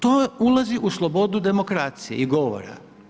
To ulazi u slobodu demokracije i govora.